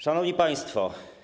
Szanowni Państwo!